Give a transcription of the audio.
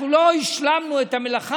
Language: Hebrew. אנחנו לא השלמנו את המלאכה.